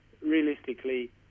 realistically